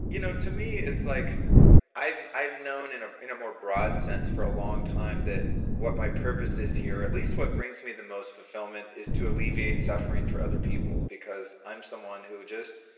you know to me, it's like i've i've known in ah in a more broad sense for along time that what my purpose is here, at least what brings me the most fulfillment is to alleviate suffering for other people because i'm someone who just.